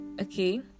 okay